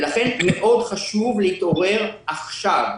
לכן חשוב מאוד להתעורר עכשיו.